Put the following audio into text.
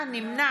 נמנע